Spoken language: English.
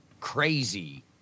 crazy